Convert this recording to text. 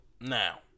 Now